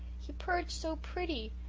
he purred so pretty.